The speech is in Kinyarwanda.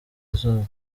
izuba